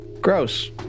gross